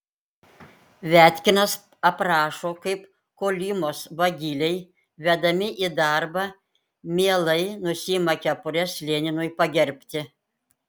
viatkinas aprašo kaip kolymos vagiliai vedami į darbą mielai nusiima kepures leninui pagerbti